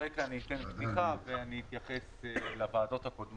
ברקע אני אתן פתיחה ואני אתייחס לוועדות הקודמות.